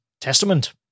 Testament